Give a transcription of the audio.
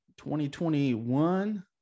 2021